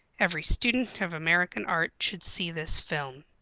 every student of american art should see this film.